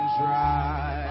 dry